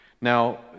Now